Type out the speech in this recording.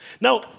Now